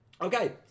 okay